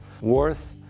worth